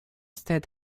стоят